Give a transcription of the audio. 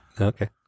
Okay